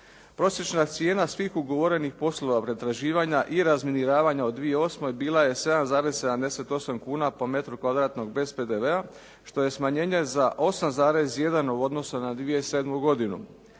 Prosječna cijena svih ugovorenih poslova pretraživanja i razminiravanja u 2008. bila je 7,78 kuna po metru kvadratnom bez PDV-a što je smanjenje za 8,1 u odnosu na 2007. godinu.